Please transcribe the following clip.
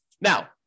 Now